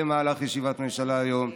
במהלך ישיבת ממשלה היום.